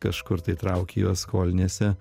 kažkur tai trauki juos skoliniesi